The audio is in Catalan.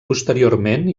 posteriorment